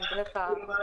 אני אתן לך ספוילר.